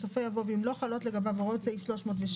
בסופו יבוא "ואם לא חלות לגביו הוראות סעיף 307,